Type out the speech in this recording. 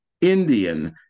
Indian